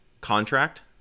contract